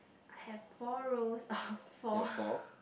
I have four rows of four